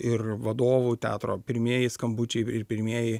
ir vadovų teatro pirmieji skambučiai ir pirmieji